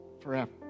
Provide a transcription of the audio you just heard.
forever